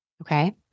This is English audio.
Okay